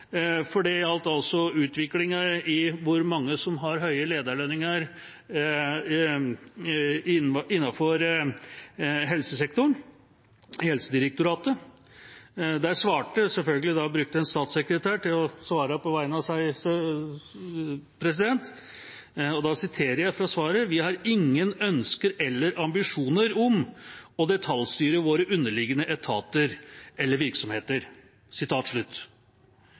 Det gjaldt utviklingen i hvor mange som har høye lederlønninger innenfor helsesektoren, i Helsedirektoratet. Hun brukte selvfølgelig en statssekretær til å svare på vegne av seg, og jeg siterer dette svaret til Dagsavisen: «Vi har ingen ønsker eller ambisjoner om å detaljstyre våre underliggende etater eller virksomheter.»